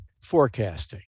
forecasting